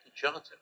Johnson